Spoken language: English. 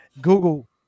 Google